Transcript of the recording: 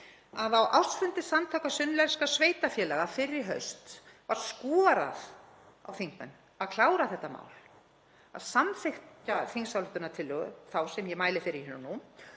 að á ársfundi Samtaka sunnlenskra sveitarfélaga fyrr í haust var skorað á þingmenn að klára þetta mál, að samþykkja þingsályktunartillögu þá sem ég mæli fyrir hér og nú,